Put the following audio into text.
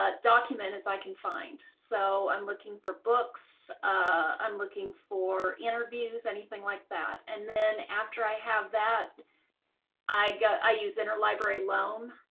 document as i can find. so i'm looking for books i'm looking for interviews, anything like that. and then after i have that i get i use interlibrary loan.